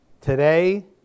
today